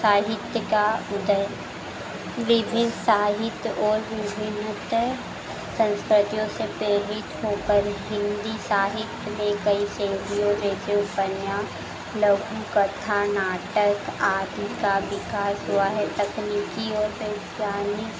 साहित्य का उदय विभिन्न साहित्य और विभिन्न सँस्कृतियों से प्रेरित होकर हिन्दी साहित्य में कई शैलियों जैसे उपन्यास लघु कथा नाटक आदि का विकास हुआ है तकनीकी और वैज्ञानिक